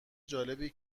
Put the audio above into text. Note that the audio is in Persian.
جالبی